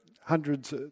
hundreds